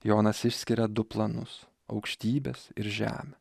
jonas išskiria du planus aukštybes ir žemę